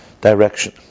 direction